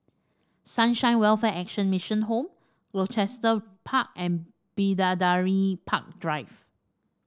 Sunshine Welfare Action Mission Home Gloucester Park and Bidadari Park Drive